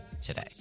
today